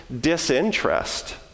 disinterest